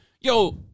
yo